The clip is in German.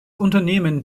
unternehmen